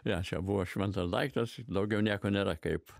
jo čia buvo šventas daiktas daugiau nieko nėra kaip